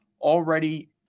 already